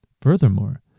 Furthermore